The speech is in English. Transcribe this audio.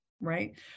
right